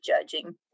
judging